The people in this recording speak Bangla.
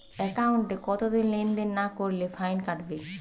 একাউন্টে কতদিন লেনদেন না করলে ফাইন কাটবে?